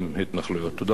תודה רבה.